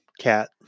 cat